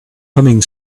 humming